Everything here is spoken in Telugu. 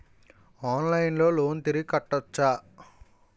ఆన్లైన్లో లోన్ తిరిగి కట్టోచ్చా?